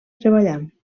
treballant